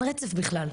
אין רצף בכלל.